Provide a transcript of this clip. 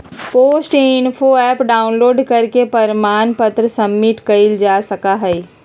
post info app download करके प्रमाण पत्र सबमिट कइल जा सका हई